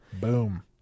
Boom